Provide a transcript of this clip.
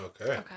Okay